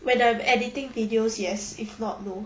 when I'm editing videos yes if not no